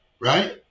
right